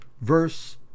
verse